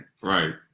right